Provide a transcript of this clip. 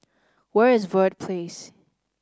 where is Verde Place